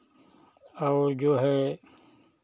और जो है